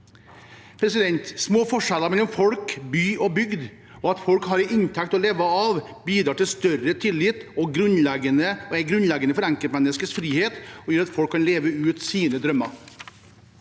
stillinger. Små forskjeller mellom folk i by og bygd, og at folk har en inntekt å leve av, bidrar til større tillit, er grunnleggende for enkeltmenneskets frihet og gjør at folk kan leve ut sine drømmer.